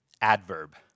adverb